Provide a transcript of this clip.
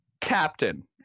Captain